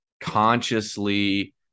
consciously